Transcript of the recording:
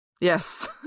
Yes